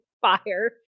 fire